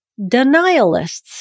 denialists